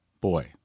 boy